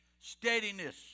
steadiness